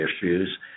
issues